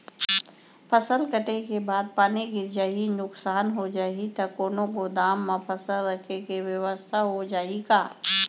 फसल कटे के बाद पानी गिर जाही, नुकसान हो जाही त कोनो गोदाम म फसल रखे के बेवस्था हो जाही का?